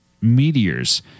meteors